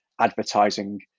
advertising